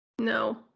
no